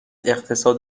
اقتصاد